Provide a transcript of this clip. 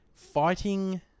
Fighting